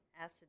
acid